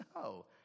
no